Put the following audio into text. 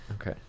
Okay